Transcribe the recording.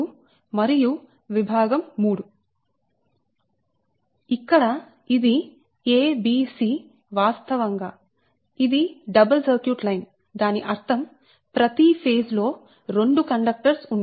కాబట్టి ఇక్కడ ఇది a b c వాస్తవంగా ఇది డబల్ సర్క్యూట్ లైన్ దాని అర్థం ప్రతి ఫేజ్ లో 2 కండక్టర్స్ ఉంటాయి